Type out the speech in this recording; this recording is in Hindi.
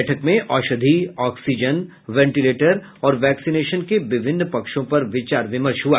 बैठक में औषधि ऑक्सीजन वेंटीलेटर और वैक्सीनेशन के विभिन्न पक्षों पर विचार विमर्श हुआ